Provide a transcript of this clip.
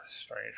Strange